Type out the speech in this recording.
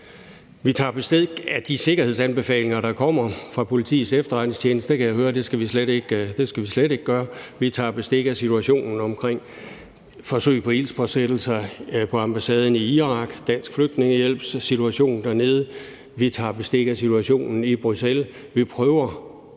Vi tager bestik af de sikkerhedsanbefalinger, der kommer fra Politiets Efterretningstjeneste, og der kan jeg høre, at det skal vi slet ikke gøre. Vi tager bestik af situationen omkring forsøg på ildspåsættelser på ambassaden i Irak og Dansk Flygtningehjælps situation dernede. Vi tager bestik af situationen i Bruxelles.